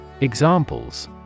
Examples